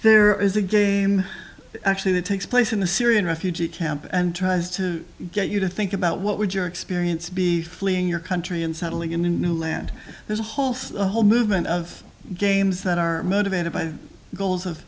there is a game actually that takes place in the syrian refugee camp and tries to get you to think about what would your experience be fleeing your country and settling in a new land there's a whole set a whole movement of games that are motivated by the goals of